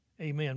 Amen